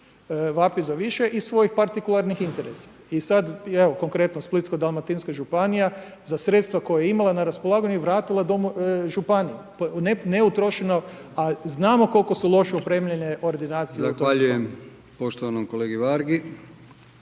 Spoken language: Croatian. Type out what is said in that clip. vapi za više iz svojih partikularnih interesa. I sad i evo konkretno Splitsko-dalmatinska županija, za sredstva koja je imala na raspolaganju i vratila domove županiji, neutrošeno a znamo koliko su loše opremljene ordinacije …/Govornik se ne